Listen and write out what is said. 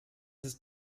ist